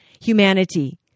humanity